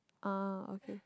ah okay